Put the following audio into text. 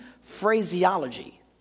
phraseology